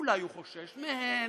אולי הוא חושש מהן,